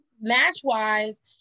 Match-wise